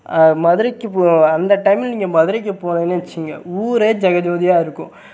மதுரைக்கு போ அந்த டைமில் நீங்கள் மதுரைக்கு போனீங்கன்னு வச்சுங்க ஊரே ஜெகஜோதியாக இருக்கும்